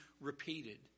repeated